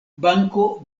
banko